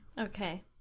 Okay